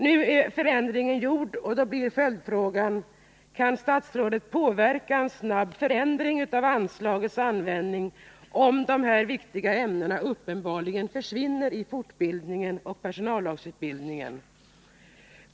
Nu är förändringen gjord, och min följdfråga är: Kan statsrådet medverka till en snabb förändring av anslagets användning om dessa viktiga ämnen uppenbarligen försvinner i fortbildningen och personallagsutbildningen?